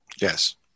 Yes